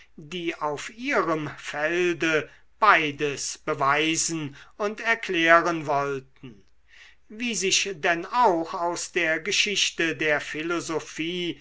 die auf ihrem felde beides beweisen und erklären wollten wie sich denn auch aus der geschichte der philosophie